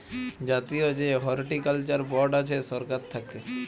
জাতীয় যে horticulture board আছে সরকার থাক্যে